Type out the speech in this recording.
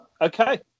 Okay